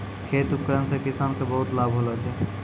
खेत उपकरण से किसान के बहुत लाभ होलो छै